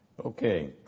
Okay